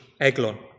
Eglon